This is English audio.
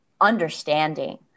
understanding